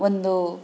ಒಂದು